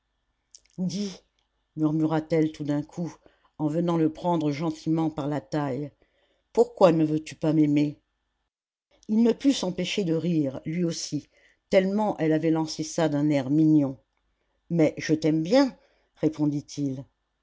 dis murmura-t-elle tout d'un coup en venant le prendre gentiment par la taille pourquoi ne veux-tu pas m'aimer il ne put s'empêcher de rire lui aussi tellement elle avait lancé ça d'un air mignon mais je t'aime bien répondit-il